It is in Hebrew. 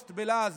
פוסט בלעז,